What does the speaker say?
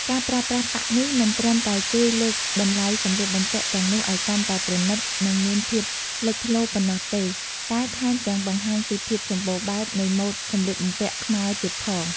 ការប្រើប្រាស់ប៉ាក់នេះ មិនត្រឹមតែជួយលើកតម្លៃសម្លៀកបំពាក់ទាំងនោះឱ្យកាន់តែប្រណិត និងមានភាពលេចធ្លោប៉ុណ្ណោះទេ តែថែមទាំងបង្ហាញពីភាពសម្បូរបែបនៃម៉ូដសម្លៀកបំពាក់ខ្មែរទៀតផង។